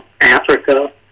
Africa